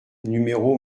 numéro